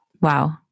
Wow